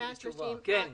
כן.